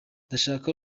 ndashaka